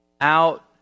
out